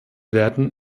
werden